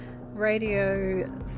radio